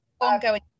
ongoing